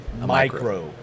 micro